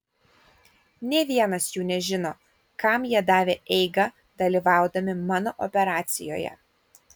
nė vienas jų nežino kam jie davė eigą dalyvaudami mano operacijoje